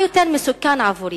מה יותר מסוכן עבורי,